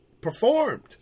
performed